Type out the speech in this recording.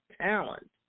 talent